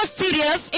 serious